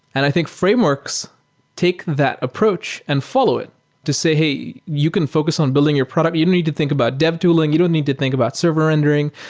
and i think frameworks take that approach and follow it to say, hey, you can focus on building your product. you don't need to think about dev tooling. you need to think about server rendering.